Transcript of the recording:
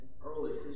early